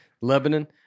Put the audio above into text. Lebanon